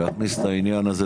להכניס את העניין הזה,